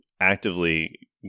actively